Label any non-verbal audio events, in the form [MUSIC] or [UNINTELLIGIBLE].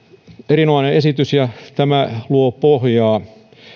mennessä erinomainen esitys ja tämä [UNINTELLIGIBLE] luo pohjaa